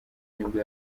nibwo